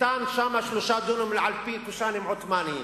ניתנו שם 3 דונמים על-פי קושאנים עות'מאניים,